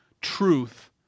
truth